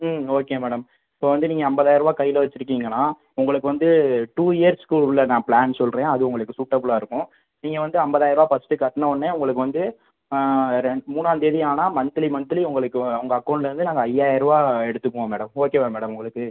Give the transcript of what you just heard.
ம் okay madam இப்போ வந்து நீங்கள் ஐம்பதாயிர ரூபா கையில் வச்சுருக்கீங்கன்னா உங்களுக்கு வந்து டூ இயர்ஸ்ஸுக்கு உள்ள நான் பிளான் சொல்கிறேன் அது உங்களுக்கு சூட்டபிளாக இருக்கும் நீங்கள் வந்து ஐம்பதாயிர ரூபா ஃபஸ்ட்டு கட்டின உடனே உங்களுக்கு வந்து ரெண் மூணாந்தேதி ஆனால் மந்த்லி மந்த்லி உங்களுக்கு உங்கள் அக்கௌண்ட்லேருந்து நாங்கள் ஐயாயிரம் ரூபா எடுத்துப்போம் மேடம் ஓகேவா மேடம் உங்களுக்கு